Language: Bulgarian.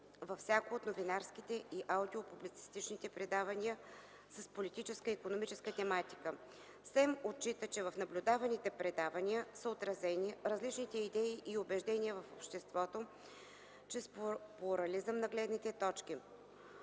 във всяко от новинарските и актуално-публицистичните предавания с политическа и икономическа тематика. СЕМ отчита, че в наблюдаваните предавания са отразени различни идеи и убеждения в обществото чрез плурализъм на гледните точки.